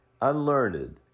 unlearned